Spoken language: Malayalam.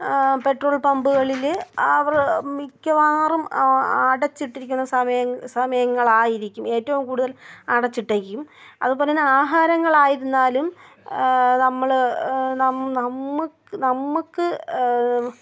പെട്രോൾ പമ്പുകളിൽ അവർ മിക്കവാറും അ അടച്ചിട്ടിരിക്കുന്ന സമയങ്ങൾ സമയങ്ങളായിരിക്കും ഏറ്റവും കൂടുതൽ അടച്ചിട്ടേക്കും അതുപോലെതന്നെ ആഹാരങ്ങൾ ആയിരുന്നാലും നമ്മൾ നമുക്ക് നമുക്ക് നമുക്ക്